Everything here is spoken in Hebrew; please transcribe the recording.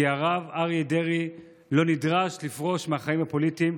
כי הרב אריה דרעי לא נדרש לפרוש מהחיים הפוליטיים,